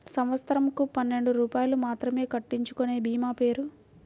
సంవత్సరంకు పన్నెండు రూపాయలు మాత్రమే కట్టించుకొనే భీమా పేరు?